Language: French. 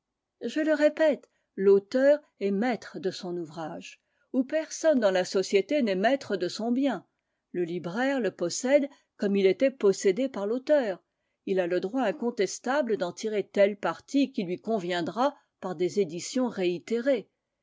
je le répète l'auteur est maître de son ouvrage ou personne dans la société n'est maître de son bien le libraire le possède comme il était possédé par l'auteur il a le droit incontestable d'en tirer tel parti qui lui conviendra par des éditions réitérées